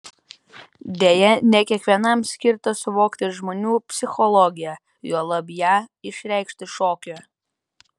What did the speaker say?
deja ne kiekvienam skirta suvokti žmonių psichologiją juolab ją išreikšti šokiu